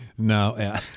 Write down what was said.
No